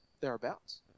thereabouts